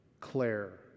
Claire